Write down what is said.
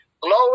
Glory